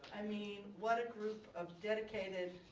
i mean what a group of dedicated,